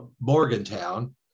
Morgantown